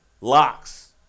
Locks